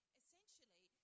essentially